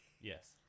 Yes